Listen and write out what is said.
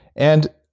and,